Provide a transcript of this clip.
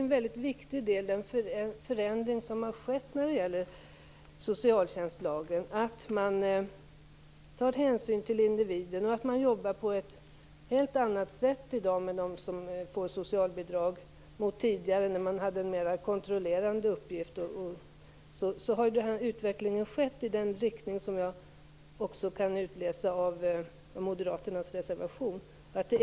En väldigt viktig del i den förändring av socialtjänstlagen som gjorts är att man tar hänsyn till individen och jobbar på ett helt annat sätt i dag med dem som får socialbidrag mot tidigare då man hade en mer kontrollerande uppgift. Utvecklingen har skett i den riktning som jag också kan utläsa i moderaternas reservation.